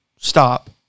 Stop